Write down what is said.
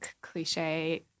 cliche